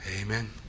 amen